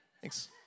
Thanks